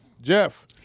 Jeff